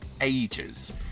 ages